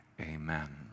amen